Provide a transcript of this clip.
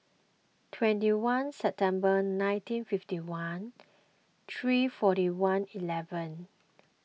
twenty one September nineteen fifty one three forty one eleven